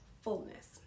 fullness